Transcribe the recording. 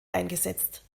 eingesetzt